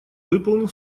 выполнил